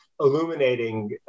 illuminating